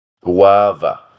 guava